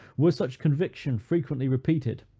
were such conviction frequently repeated,